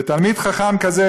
ותלמיד חכם כזה,